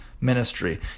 ministry